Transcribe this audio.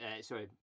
sorry